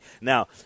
Now